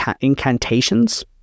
incantations